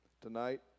tonight